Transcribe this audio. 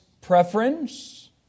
preference